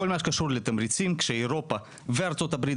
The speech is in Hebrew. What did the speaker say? כל מה שקשור לתמריצים כשאירופה וארצות הברית